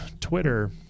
Twitter